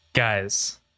Guys